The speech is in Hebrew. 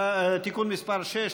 (תיקון מס' 6),